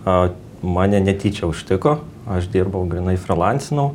a mane netyčia užtiko aš dirbau grynai frolansinau